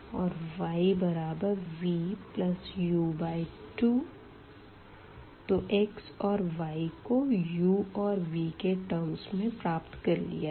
xv u2yvu2 तो x और y को u और v के टर्म्स में प्राप्त कर लिया है